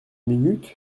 minute